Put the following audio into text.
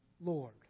Lord